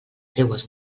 seues